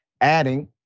Adding